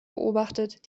beobachtet